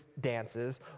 dances